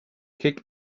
kick